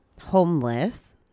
homeless